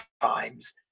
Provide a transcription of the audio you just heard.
times